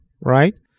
right